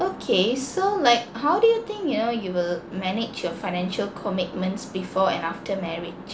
okay so like how do you think you know you will manage your financial commitments before and after marriage